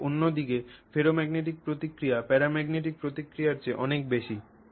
তবে অন্যদিকে ফেরোম্যাগনেটিক প্রতিক্রিয়া প্যারাম্যাগনেটিক প্রতিক্রিয়ার চেয়ে অনেক বেশি